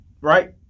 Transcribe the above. right